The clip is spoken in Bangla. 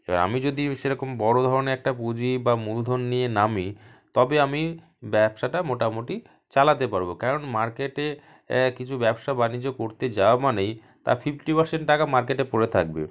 এবার আমি যদি সেরকম বড় ধরনের একটা পুঁজি বা মূলধন নিয়ে নামি তবে আমি ব্যবসাটা মোটামুটি চালাতে পারব কারণ মার্কেটে কিছু ব্যবসা বাণিজ্য করতে যাওয়া মানেই তার ফিফটি পারসেন্ট টাকা মার্কেটে পড়ে থাকবে